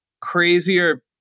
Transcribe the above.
crazier